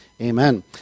Amen